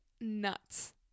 nuts